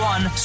One